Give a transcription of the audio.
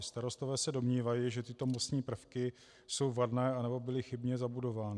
Starostové se domnívají, že tyto mostní prvky jsou vadné anebo byly chybně zabudovány.